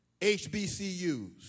HBCUs